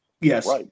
Yes